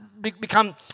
become